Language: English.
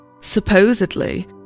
Supposedly